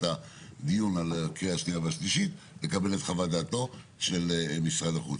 הדיון על קריאה שנייה ושלישית לקבל את חוות דעתו של משרד החוץ.